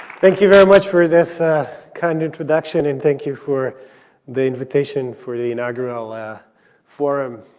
thank you very much for this ah kind introduction, and thank you for the invitation for the inaugural ah forum.